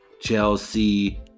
Chelsea